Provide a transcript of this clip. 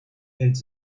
and